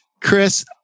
Chris